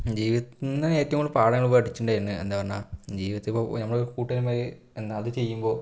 ജീവിതത്തിൽ നിന്ന് ഏറ്റവും കൂടുതൽ പാഠങ്ങൾ പഠിച്ചിട്ടുണ്ടായിരുന്നു എന്താ പറഞ്ഞാൽ ജീവിതത്തില് നമ്മുടെ കൂട്ടുകാരന്മാര് എന്താ അത് ചെയ്യുമ്പോൾ